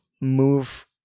move